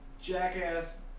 jackass